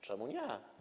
Czemu nie?